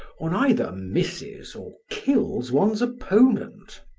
one either misses or kills one's opponent.